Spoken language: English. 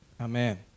Amen